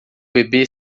bebê